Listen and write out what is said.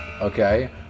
Okay